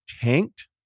tanked